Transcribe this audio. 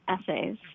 essays